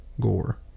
gore